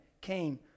came